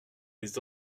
les